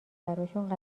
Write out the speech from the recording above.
براشون